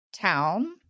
town